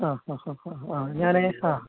ആഹാഹാഹാഹാ ഞാൻ ഹാ